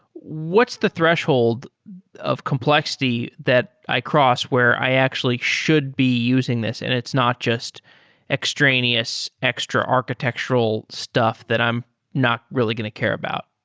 what's the threshold of complexity that i cross where i actually should be using this and it's not just extraneous extra architectural stuff that i'm not really going to care about?